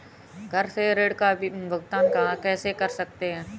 घर से ऋण का भुगतान कैसे कर सकते हैं?